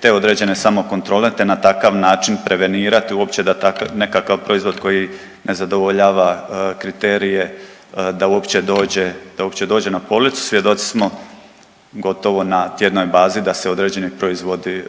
te određene samokontrole, te na takav način prevenirati uopće da takav nekakav proizvod koji ne zadovoljava kriterije da uopće dođe, da uopće dođe na policu. Svjedoci smo gotovo na tjednoj bazi da se određeni proizvodi